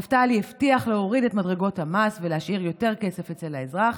נפתלי הבטיח להוריד את מדרגות המס ולהשאיר יותר כסף אצל האזרח,